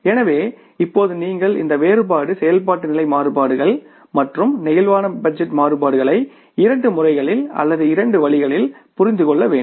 எனவே இப்போது நீங்கள் இந்த வேறுபாடு செயல்பாட்டு நிலை மாறுபாடுகள் மற்றும் பிளேக்சிபிள் பட்ஜெட் மாறுபாடுகளை இரண்டு முறைகளில் அல்லது இரண்டு வழிகளில் புரிந்து கொள்ள வேண்டும்